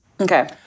Okay